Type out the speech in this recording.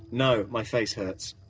no, my face hurts.